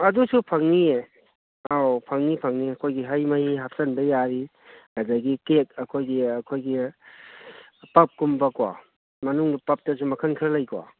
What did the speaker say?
ꯑꯗꯨꯁꯨ ꯐꯪꯅꯤꯌꯦ ꯑꯧ ꯐꯪꯅꯤ ꯐꯪꯅꯤ ꯑꯩꯈꯣꯏꯒꯤ ꯍꯩ ꯃꯍꯤ ꯍꯥꯞꯆꯟꯕ ꯌꯥꯔꯤ ꯑꯗꯒꯤ ꯀꯦꯛ ꯑꯩꯈꯣꯏꯒꯤ ꯑꯩꯈꯣꯏꯒꯤ ꯄꯞꯀꯨꯝꯕꯀꯣ ꯃꯅꯨꯡꯗ ꯄꯞꯇꯁꯨ ꯃꯈꯟ ꯈꯔ ꯂꯩꯀꯣ